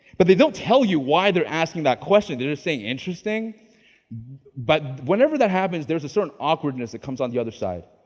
but they don't tell you why they're asking that question. they're just saying interesting but whenever that happens, there's a certain awkwardness that comes on the other side.